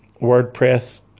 WordPress